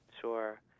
Sure